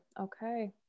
okay